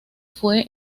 fue